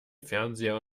fernseher